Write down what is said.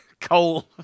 coal